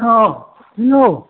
औ हेलौ